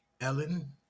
Ellen